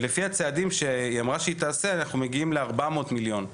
ולפי הצעדים שהיא אמרה שהיא תעשה אנחנו מגיעים ל-400 מיליון,